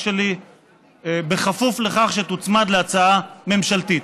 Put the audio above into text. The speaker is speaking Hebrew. שלי בכפוף לכך שתוצמד להצעה ממשלתית,